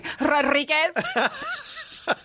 Rodriguez